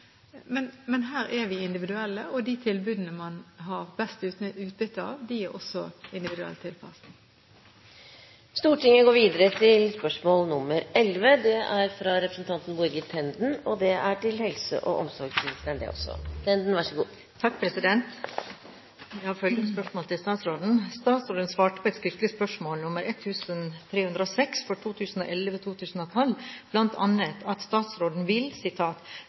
Men her er vi individuelle, og de tilbudene man har best utbytte av, er også individuelt tilpasset. Jeg har følgende spørsmål til statsråden: «Statsråden svarte på skriftlig spørsmål nr. 1306 for 2011–2012 bl.a. at statsråden vil